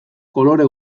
kolore